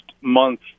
month